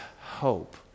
hope